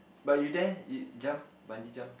but you dare you jump bungee jump